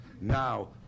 Now